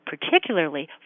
particularly